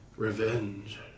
Revenge